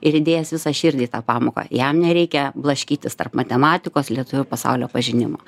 ir įdėjęs visą širdį į tą pamoką jam nereikia blaškytis tarp matematikos lietuvių pasaulio pažinimo